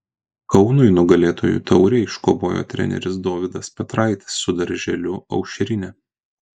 kaunui nugalėtojų taurę iškovojo treneris dovydas petraitis su darželiu aušrinė